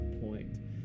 point